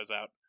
out